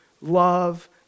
love